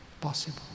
possible